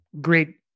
great